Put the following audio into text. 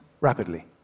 rapidly